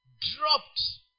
dropped